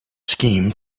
scheme